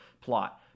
plot